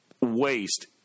waste